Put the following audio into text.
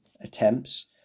attempts